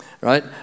Right